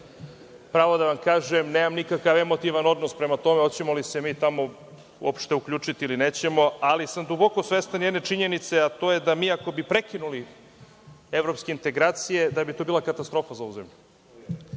da ma kažem nemam nikakav emotivan odnos prema tome hoćemo li se mi tamo uopšte uključiti ili nećemo, ali sam duboko svestan jedne činjenice, a to je da mi, ako bi prekinuli evropske integracije, da bi to bila katastrofa za ovu zemlju.